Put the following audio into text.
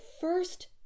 first